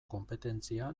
konpetentzia